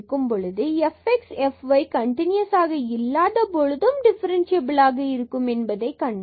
fx fy ஆகியவை கன்டினுயசாக இல்லாதபோதும் என்பதைக் கண்டோம்